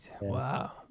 Wow